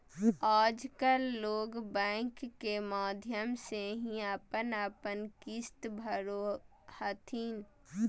आजकल लोग बैंक के माध्यम से ही अपन अपन किश्त भरो हथिन